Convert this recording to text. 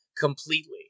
Completely